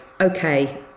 okay